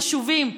חשובים,